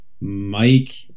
Mike